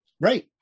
Right